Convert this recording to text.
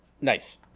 Nice